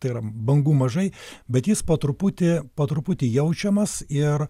tai yra bangų mažai bet jis po truputį po truputį jaučiamas ir